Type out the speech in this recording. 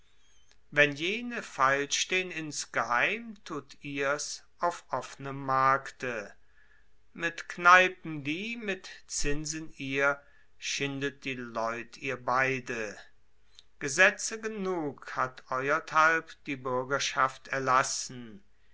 wenn jene feilstehn insgeheim tut ihr's auf offnem markte mit kneipen die mit zinsen ihr schindet die leut ihr beide gesetze gnug hat eurethalb die buergerschaft erlassen